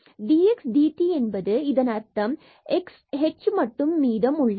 dxdt என்பது இதன் அர்த்தம் இங்கு h மட்டுமே மீதம் உள்ளது